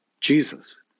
Jesus